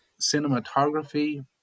cinematography